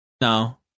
No